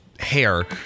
Hair